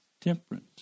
Temperance